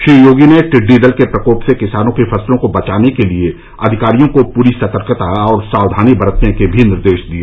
श्री योगी ने टिड्डी दल के प्रकोप से किसानों की फसलों को बचाने के लिए अधिकारियों को पूरी सतर्कता और सावधानी बरतने के भी निर्देश दिए